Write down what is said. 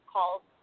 calls